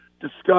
discuss